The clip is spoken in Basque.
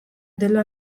dela